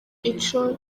ico